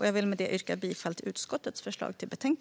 Jag vill med detta yrka bifall till utskottets förslag till beslut.